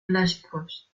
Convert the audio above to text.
clásicos